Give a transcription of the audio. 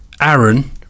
Aaron